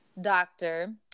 doctor